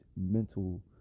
mental